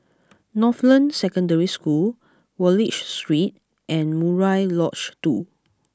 Northland Secondary School Wallich Street and Murai Lodge Two